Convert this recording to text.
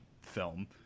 film